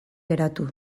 geratu